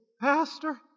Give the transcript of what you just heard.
pastor